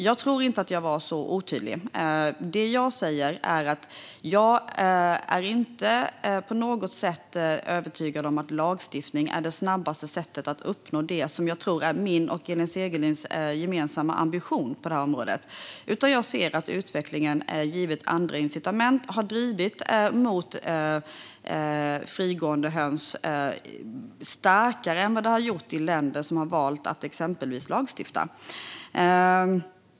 Jag tror inte att jag var så otydlig. Det jag säger är att jag inte på något sätt är övertygad om att lagstiftning är det snabbaste sättet att uppnå det som jag tror är min och Elin Segerlinds gemensamma ambition på området. Jag ser att, givet andra incitament, utvecklingen har drivit mot frigående höns på ett starkare sätt än den har gjort i länder som har valt att exempelvis lagstifta.